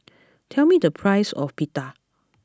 tell me the price of Pita